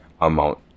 amount